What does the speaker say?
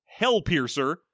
Hellpiercer